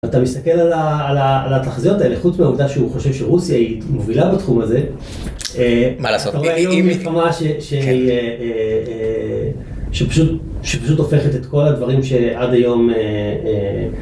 אתה מסתכל על התחזיות האלה, חוץ מהעובדה שהוא חושב שרוסיה היא מובילה בתחום הזה, מה לעשות? אתה רואה היום מלחמה שפשוט הופכת את כל הדברים שעד היום...